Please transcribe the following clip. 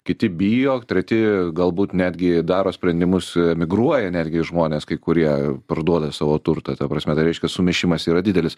kiti bijo treti galbūt netgi daro sprendimus a migruoja netgi žmonės kai kurie parduoda savo turtą ta prasme tai reiškia sumišimas yra didelis